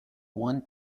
one